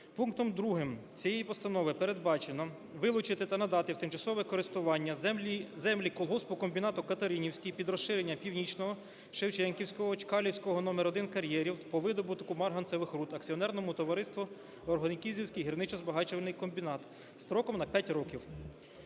Пунктом 2 цієї постанови передбачено: вилучити та надати в тимчасове користування землі колгоспу-комбінату "Катеринівський" під розширення Північного, Шевченківського, Чкалівського № 1 кар'єрів по видобутку марганцевих руд акціонерному товариству "Орджонікідзевський гірничо-збагачувальний комбінат" строком на 5 років.